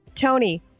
Tony